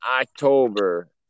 October